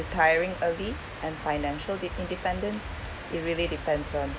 retiring early and financial de~ independence it really depends on